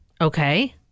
Okay